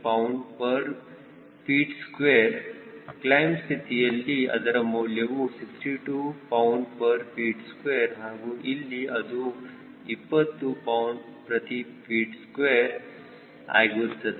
9 lbft2 claim ಸ್ಥಿತಿಯಲ್ಲಿ ಅದರ ಮೌಲ್ಯವು 62 lbft2 ಹಾಗೂ ಇಲ್ಲಿ ಅದು 20 lbft2 ಆಗುತ್ತದೆ